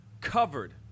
covered